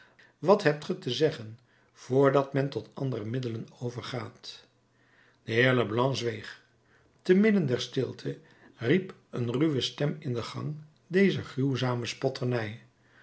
wat hebt ge te zeggen vr dat men tot andere middelen overgaat de heer leblanc zweeg te midden der stilte riep een ruwe stem in de gang deze gruwzame spotternij